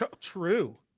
True